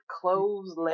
clothes